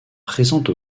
présente